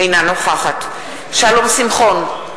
אינה נוכחת שלום שמחון,